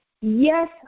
Yes